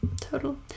total